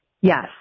Yes